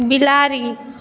बिलाड़ि